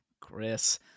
Chris